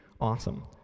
Awesome